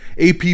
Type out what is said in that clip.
AP